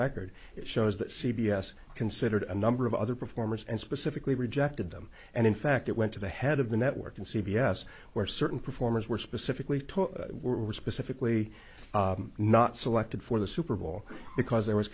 record shows that c b s considered a number of other performers and specifically rejected them and in fact it went to the head of the network and c b s where certain performers were specifically told were specifically not selected for the super bowl because there was